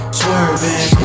swerving